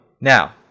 Now